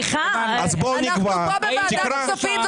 אנחנו פה בוועדת כספים.